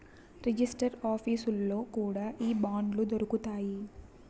register ఆఫీసుల్లో కూడా ఈ బాండ్లు దొరుకుతాయి